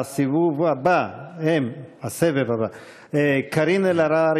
הסבב הבא: קארין אלהרר,